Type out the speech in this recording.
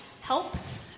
helps